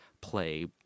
play